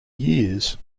years